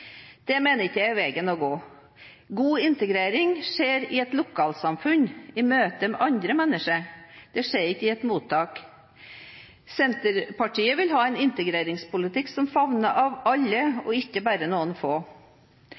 Det mener jeg ikke er veien å gå. God integrering skjer i et lokalsamfunn, i møte med andre mennesker, det skjer ikke i et mottak. Senterpartiet vil ha en integreringspolitikk som favner alle, og ikke bare noen få.